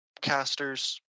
casters